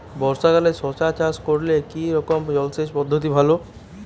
বর্ষাকালে শশা চাষ করলে কি রকম জলসেচ পদ্ধতি ভালো?